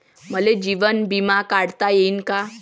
मले जीवन बिमा काढता येईन का?